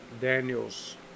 Daniel's